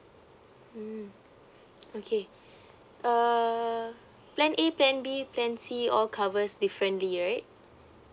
mm okay uh plan A plan B plan C all covers differently right